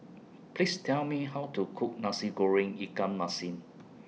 Please Tell Me How to Cook Nasi Goreng Ikan Masin